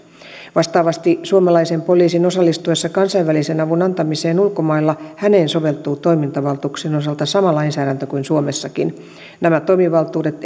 vastaavasti suomalaisen poliisin osallistuessa kansainvälisen avun antamiseen ulkomailla häneen soveltuu toimintavaltuuksien osalta sama lainsäädäntö kuin suomessakin nämä toimivaltuudet